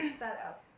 setup